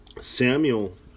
Samuel